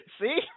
See